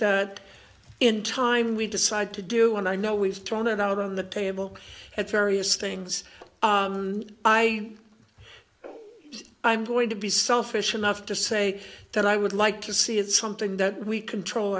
that in time we decide to do and i know we've thrown it out on the table at various things i i'm going to be selfish enough to say that i would like to see it something that we control